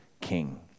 king